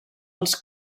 als